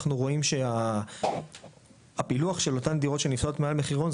אנחנו רואים שפילוח של אותן דירות שנמצאות מעל המחירון,